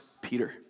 Peter